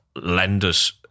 lenders